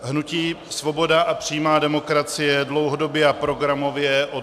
Hnutí Svoboda a přímá demokracie dlouhodobě a programově odmítá